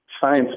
science